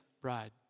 bride